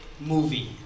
movie